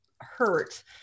hurt